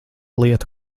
lieta